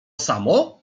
samo